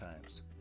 times